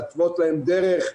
להתוות להם דרך,